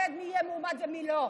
שאומר מי יהיה מועמד ומי לא.